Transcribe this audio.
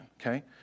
okay